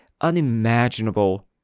unimaginable